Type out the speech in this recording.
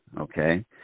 okay